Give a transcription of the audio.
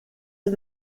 the